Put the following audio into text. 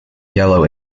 yellow